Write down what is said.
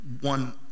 one